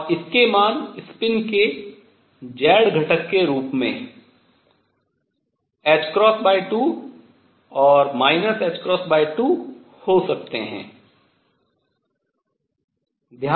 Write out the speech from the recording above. और इसके मान स्पिन के z घटक के रूप में ℏ2 और ℏ2 हो सकतें है